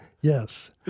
yes